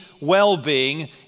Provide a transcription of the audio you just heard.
well-being